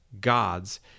God's